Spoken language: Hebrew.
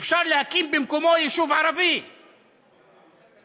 אפשר להקים במקומו יישוב ערבי, הבנת,